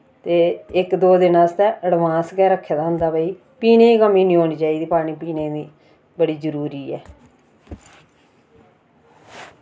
ते इक दो दिन आस्तै अडवांस गै रक्खे दा होंदा भाई पीने दी कमी नि होनी चाहिदी पानी पीने दी बड़ी जरूरी ऐ